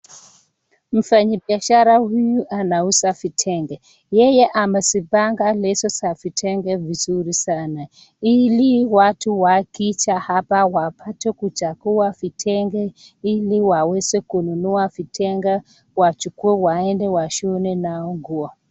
Mfanyibiashara huyu anauza vitenge. Yeye amezipanga leso za vitenge vizuri sana, ili watu wakija hapa wapate kuchagua vitenge ili waweze kununua vitenge, wachukue waende washone nao nguo.